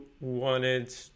wanted